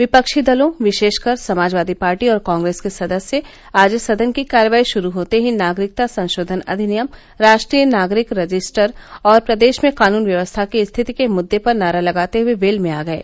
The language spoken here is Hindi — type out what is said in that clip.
विपक्षी दलों विशेषकर समाजवादी पार्टी और कांग्रेस के सदस्य आज सदन की कार्यवाही श्रू होते ही नागरिकता संशोधन अधिनियम राष्ट्रीय नागरिक रजिस्टर और प्रदेश में कानून व्यक्स्था की स्थिति के मुददों पर नारे लगाते हए वेल में आ गये